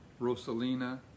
Rosalina